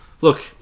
look